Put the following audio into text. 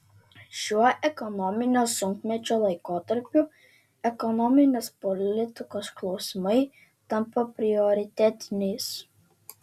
šiuo ekonominio sunkmečio laikotarpiu ekonominės politikos klausimai tampa prioritetiniais